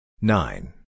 Nine